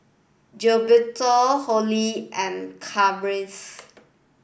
Gilberto Holly and Kathryn